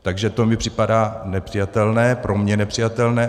Takže to mi připadá nepřijatelné, pro mě nepřijatelné.